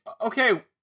Okay